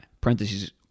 Parentheses